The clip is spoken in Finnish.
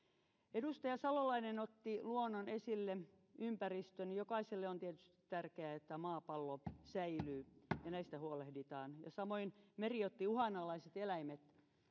edustaja salolainen otti luonnon ympäristön esille jokaiselle on tietysti tärkeää että maapallo säilyy ja näistä huolehditaan ja meri otti uhanalaiset eläimet